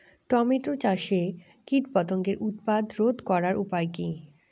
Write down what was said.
Tomato চাষে কীটপতঙ্গের উৎপাত রোধ করার উপায় কী?